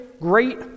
great